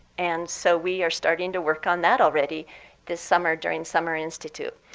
and so we are starting to work on that already this summer, during summer institute.